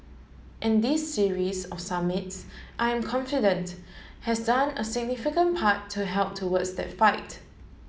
and this series of summits I am confident has done a significant part to help towards that fight